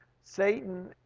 Satan